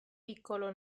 piccolo